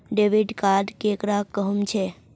Debit card केकरा कहुम छे?